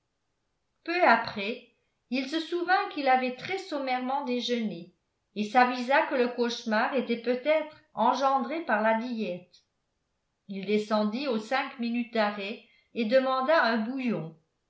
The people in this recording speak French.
peu après il se souvint qu'il avait très sommairement déjeuné et s'avisa que le cauchemar était peut-être engendré par la diète il descendit aux cinq minutes d'arrêt et demanda un bouillon